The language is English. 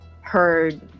heard